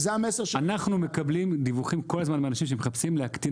אנחנו מקבלים דיווחים כל הזמן מאנשים שמחפשים להקטין